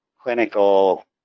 clinical